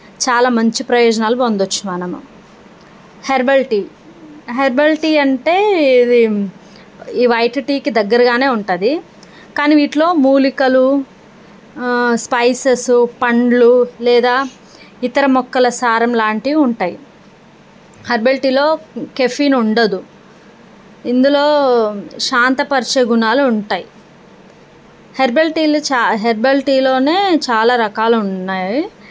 చాలా మంచి ప్రయోజనాలు పొందవచ్చు మనం హెర్బల్ టీ హెర్బల్ టీ అంటే ఇది ఈ వైట్ టీకి దగ్గరగానే ఉంటుంది కానీ వీటిలో మూలికలు స్పైసెస్ పండ్లు లేదా ఇతర మొక్కల సారంలాంటివి ఉంటాయి హెర్బల్ టీలో కెఫెన్ ఉండదు ఇందులో శాంతపరిచే గుణాలు ఉంటాయి హెర్బల్ టీలో చా హెర్బల్ టీలోనే చాలా రకాలు ఉన్నాయి